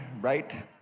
right